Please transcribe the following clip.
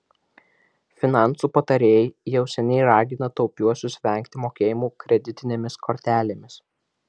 finansų patarėjai jau seniai ragina taupiuosius vengti mokėjimų kreditinėmis kortelėmis